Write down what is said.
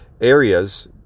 Areas